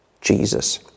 Jesus